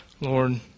Lord